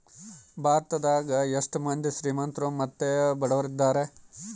ಭಾರತದಗ ಎಷ್ಟ ಮಂದಿ ಶ್ರೀಮಂತ್ರು ಮತ್ತೆ ಬಡವರಿದ್ದಾರೆ?